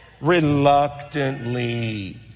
reluctantly